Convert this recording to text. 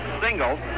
single